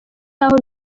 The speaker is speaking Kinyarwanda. y’aho